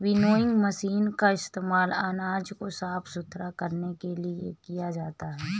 winnowing मशीनों का इस्तेमाल अनाज को साफ सुथरा करने के लिए किया जाता है